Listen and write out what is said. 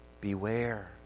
Beware